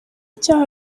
cyaha